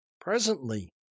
Presently